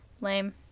Lame